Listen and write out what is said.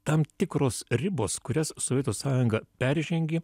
tam tikros ribos kurias sovietų sąjunga peržengė